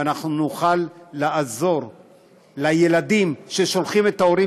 ואנחנו נוכל לעזור לילדים ששולחים את ההורים